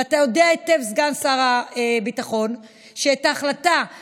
ואתה יודע היטב, סגן שר הביטחון, שאת ההחלטה,